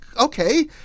Okay